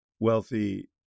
wealthy